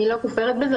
אני לא כופרת בזה.